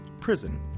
Prison